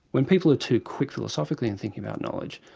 when people are too quick philosophically in thinking about knowledge,